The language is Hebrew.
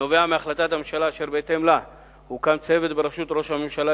נובע מהחלטת הממשלה אשר בהתאם לה הוקם צוות בראשות ראש הממשלה